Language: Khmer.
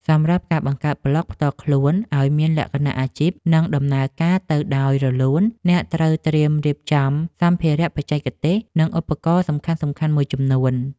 សម្រាប់ការបង្កើតប្លក់ផ្ទាល់ខ្លួនឱ្យមានលក្ខណៈអាជីព និងដំណើរការទៅដោយរលូន អ្នកត្រូវត្រៀមរៀបចំនូវសម្ភារៈបច្ចេកទេស និងឧបករណ៍សំខាន់ៗមួយចំនួន។